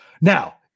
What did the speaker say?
Now